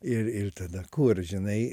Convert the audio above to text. ir ir tada kur žinai